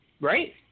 right